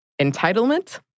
Entitlement